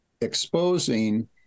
exposing